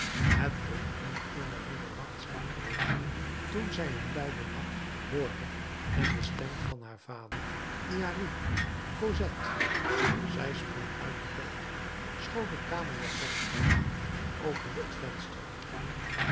het kon één uur na middernacht zijn geweest toen zij een luiden lach hoorde en de stem van haar vader die haar riep cosette zij sprong uit het bed schoot een kamerjapon aan en opende het venster